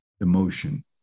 emotion